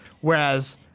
Whereas